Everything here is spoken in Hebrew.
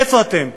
איפה אתם?